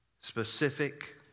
specific